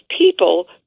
people